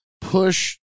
push